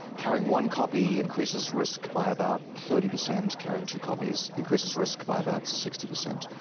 carrying one copy increases risk by about thirty percent, carrying two copies increases risk by about sixty percent.